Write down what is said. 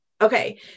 Okay